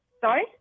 Sorry